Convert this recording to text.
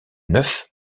neufs